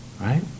right